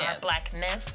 Blackness